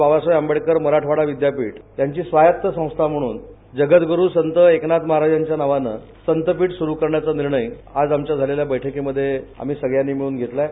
बाबासाहेब आंबेडकर मराठवाडा विद्यापीठ यांची स्वायत्त संस्था म्हणून जगतग्रु संत एकनाथ महाराजांच्या नावानं संतपीठ सूरु करण्याचा निर्णय आज आमच्या झालेल्या बैठकीमध्ये आम्ही सगळ्यांनी मिळून घेतला आहे